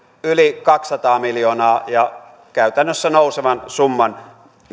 yli kaksisataa miljoonaa euroa käytännössä nousevan summan